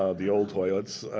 ah the old toilets.